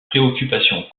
préoccupation